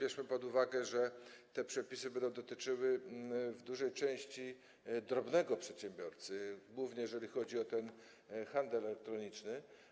Weźmy po uwagę, że te przepisy będą dotyczyły w dużej części drobnego przedsiębiorcy, głównie jeżeli chodzi o ten handel elektroniczny.